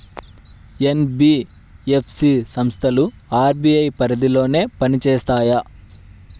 NBFC సంస్థలు RBI పరిధిలోనే పని చేస్తాయా?